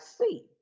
see